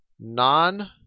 non